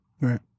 Right